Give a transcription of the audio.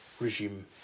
regime